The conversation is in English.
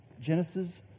Genesis